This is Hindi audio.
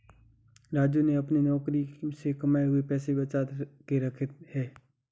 राजू ने अपने नौकरी से कमाए हुए पैसे बचा के रखे हैं